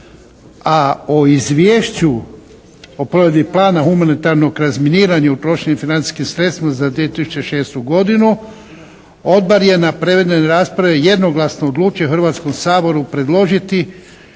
A o Izvješću o provedbi plana humanitarnog razminiranju i utrošenim financijskim sredstvima za 2006. godinu Odbor je na provedenoj raspravi jednoglasno odlučio Hrvatskom saboru predložiti